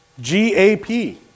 G-A-P